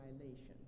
violation